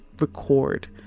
record